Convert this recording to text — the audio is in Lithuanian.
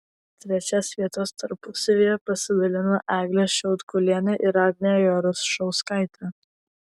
trečias vietas tarpusavyje pasidalino eglė šiaudkulienė ir agnė jarušauskaitė